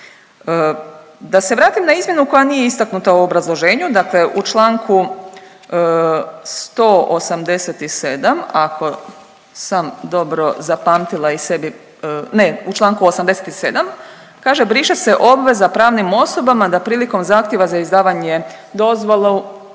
Da se vratim na izmjenu koja nije istaknuta u obrazloženju, dakle u čl. 187. ako sam dobro zapamtila i sebi, ne, u čl. 87. kaže briše se obveza pravnim osobama da prilikom zahtjeva za izdavanje dozvole